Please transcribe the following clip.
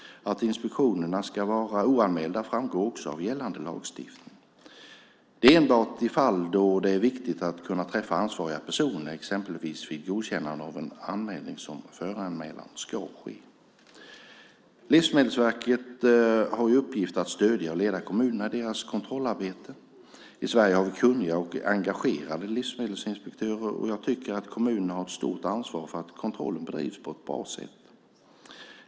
Att inspektionerna ska vara oanmälda framgår också av gällande lagstiftning. Det är enbart i fall då det är viktigt att kunna träffa ansvariga personer, exempelvis vid godkännande av en anläggning, som föranmälan ska ske. Livsmedelsverket har i uppgift att stödja och leda kommunerna i deras kontrollarbete. I Sverige har vi kunniga och engagerade livsmedelsinspektörer, och jag tycker att kommunerna har ett stort ansvar för att kontrollen bedrivs på ett bra sätt.